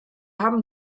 haben